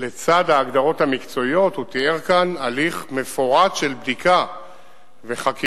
לצד ההגדרות המקצועיות הוא תיאר כאן הליך מפורט של בדיקה וחקירה,